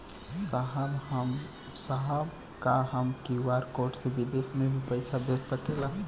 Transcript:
साहब का हम क्यू.आर कोड से बिदेश में भी पैसा भेज सकेला?